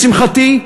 לשמחתי,